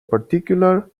particular